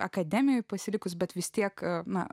akademijoje pasilikus bet vis tiek na